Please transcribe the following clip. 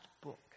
book